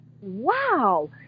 wow